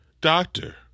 doctor